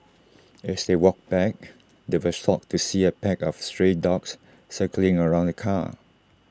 as they walked back they were shocked to see A pack of stray dogs circling around the car